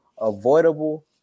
avoidable